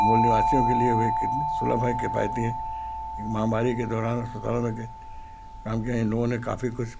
मूल निवासियों के लिए वे कितने सुलभ है किफायती हैं महामारी के दौरान अस्पताल में काम किया है इन लोगों काफ़ी कुछ